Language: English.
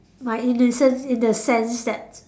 my innocence in the sense that